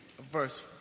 verse